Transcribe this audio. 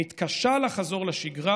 מתקשה לחזור לשגרה